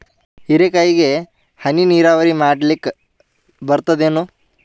ಹೀರೆಕಾಯಿಗೆ ಹನಿ ನೀರಾವರಿ ಮಾಡ್ಲಿಕ್ ಬರ್ತದ ಏನು?